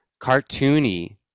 cartoony